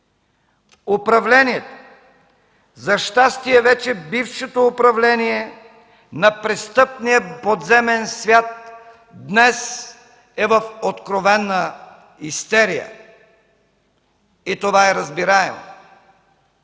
Управлението – за щастие вече бившето управление – на престъпния подземен свят днес е в откровена истерия. И това е разбираемо.